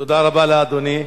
תודה רבה לאדוני.